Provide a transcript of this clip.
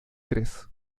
tres